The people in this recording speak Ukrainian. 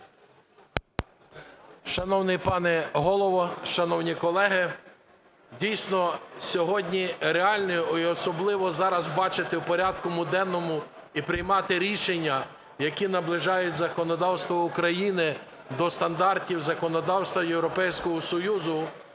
Шановний пане Голово, шановні колеги! Дійсно сьогодні реально і особливо зараз бачити у порядку денному і приймати рішення, які наближають законодавство України до стандартів законодавства Європейського Союзу